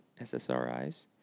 SSRIs